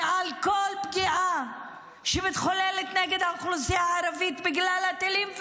ועל כל פגיעה שמתחוללת נגד האוכלוסייה הערבית בגלל הטילים,